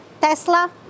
Tesla